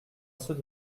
ceux